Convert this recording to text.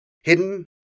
hidden